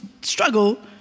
struggle